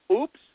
oops